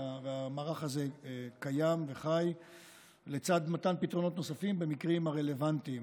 והמערך הזה קיים וחי לצד מתן פתרונות נוספים במקרים הרלוונטיים.